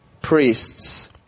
priests